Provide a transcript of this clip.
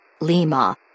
Lima